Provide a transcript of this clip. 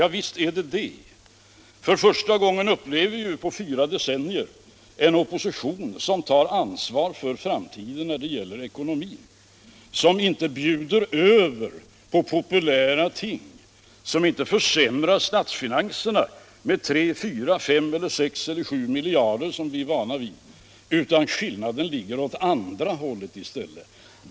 Ja, visst är det det! debatt För första gången på fyra decennier upplever vi nu en opposition som tar ansvar för framtiden när det gäller ekonomin, som inte bjuder över på populära ting, som inte försämrar statsfinanserna med 3, 4, 5, 6 eller 7 miljarder, som vi är vana vid, utan där skillnaden ligger åt andra hållet i stället.